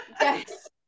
Yes